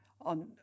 On